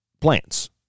plants